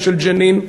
ושל ג'נין,